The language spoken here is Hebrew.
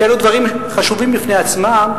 שאלו דברים חשובים בפני עצמם,